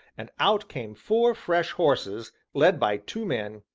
and out came four fresh horses, led by two men,